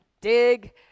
dig